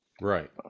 Right